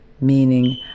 meaning